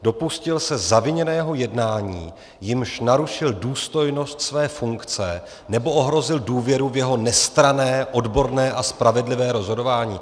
Dopustil se zaviněného jednání, jímž narušil důstojnost své funkce nebo ohrozil důvěru v jeho nestranné odborné a spravedlivé rozhodování?